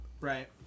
right